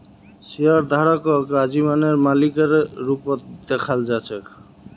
शेयरधारकक आजीवनेर मालिकेर रूपत दखाल जा छेक